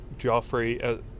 Joffrey